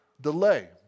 delay